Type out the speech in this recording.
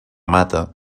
mata